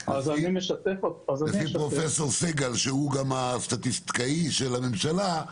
שהוא גם הסטטיסטיקאי של הממשלה,